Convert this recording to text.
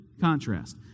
contrast